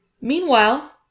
Meanwhile